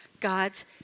God's